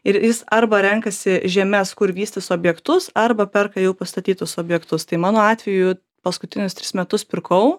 ir jis arba renkasi žemes kur vystys objektus arba perka jau pastatytus objektus tai mano atveju paskutinius tris metus pirkau